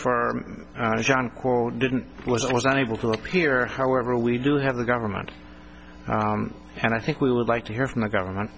for john quote didn't was not able to appear however we do have the government and i think we would like to hear from the government